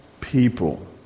people